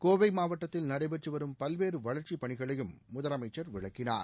கோவை மாவட்டத்தில் நடைபெற்று வரும் பல்வேறு வளர்ச்சிப் பணிகளையும் முதலமைச்சர் விளக்கினார்